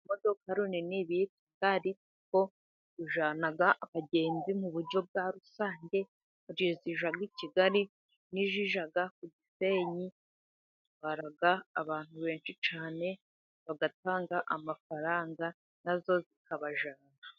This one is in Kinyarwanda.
Urumodoka runini rwitwa Ritiko rujyana abagenzi mu buryo bwa rusange, hari izijya i Kigali, hari n'izijya ku Gisenyi, rutwara abantu benshi cyane, bagatanga amafaranga na zo zikabajyana.